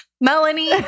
Melanie